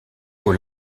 aux